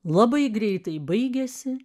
labai greitai baigėsi